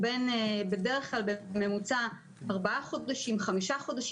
שנמשך בממוצע ארבעה או חמישה חודשים,